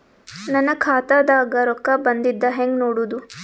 ನನ್ನ ಖಾತಾದಾಗ ರೊಕ್ಕ ಬಂದಿದ್ದ ಹೆಂಗ್ ನೋಡದು?